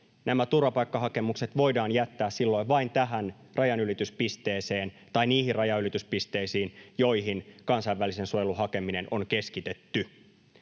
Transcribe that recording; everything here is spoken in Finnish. turvapaikkahakemukset voidaan jättää silloin vain niihin rajanylityspisteisiin, joihin kansainvälisen suojelun hakeminen on keskitetty.